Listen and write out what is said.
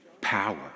power